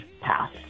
path